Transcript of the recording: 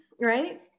right